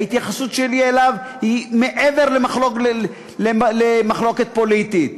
ההתייחסות שלי אליו היא מעבר למחלוקת פוליטית.